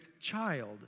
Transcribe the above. child